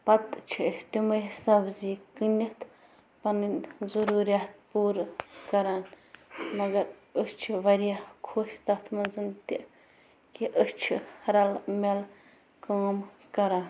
پتہٕ چھِ أسی تٕمَے سبزی کٕنِتھ پنٕنۍ ضُرورِیات پورٕ کَران مگر أسۍ چھِ وارِیاہ خۄش تَتھ منٛزن تہِ کہِ أسۍ چھِ رل مِل کٲم کَران